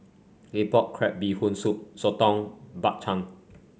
Claypot Crab Bee Hoon Soup soto Bak Chang